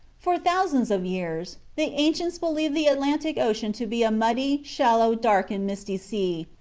for thousands of years the ancients believed the atlantic ocean to be a muddy, shallow, dark, and misty sea,